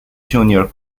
junior